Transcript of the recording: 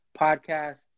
Podcast